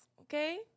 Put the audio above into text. Okay